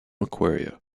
aquaria